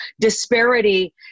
disparity